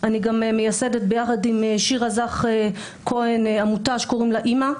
אני גם מייסדת יחד עם שירה זך כהן עמותה שקוראים לה "אמ"א",